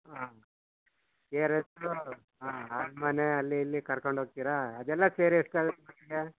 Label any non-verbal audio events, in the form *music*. ಹಾಂ K R S ಹಾಂ ಅರಮನೆ ಅಲ್ಲಿ ಇಲ್ಲಿ ಕರ್ಕೊಂಡೋಗ್ತೀರಾ ಅದೆಲ್ಲ ಸೇರಿ ಎಷ್ಟಾಗುತ್ತೆ *unintelligible*